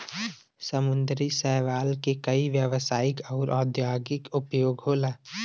समुंदरी शैवाल के कई व्यवसायिक आउर औद्योगिक उपयोग होला